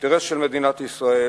האינטרס של מדינת ישראל